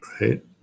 right